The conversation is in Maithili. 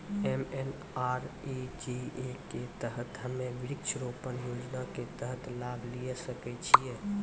एम.एन.आर.ई.जी.ए के तहत हम्मय वृक्ष रोपण योजना के तहत लाभ लिये सकय छियै?